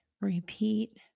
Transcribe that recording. repeat